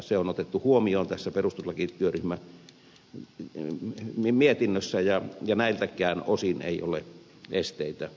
se on otettu huomioon tässä perustuslakityöryhmän mietinnössä ja näiltäkään osin ei ole esteitä yhdistämisen toteuttamiselle